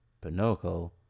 pinocchio